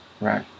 Right